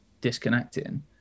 disconnecting